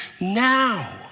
now